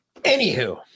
Anywho